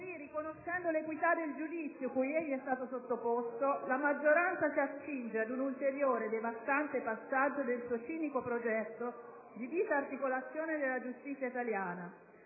così riconoscendo l'equità del giudizio cui egli è stato sottoposto, la maggioranza si accinge ad un ulteriore, devastante passaggio del suo cinico progetto di disarticolazione della giustizia italiana.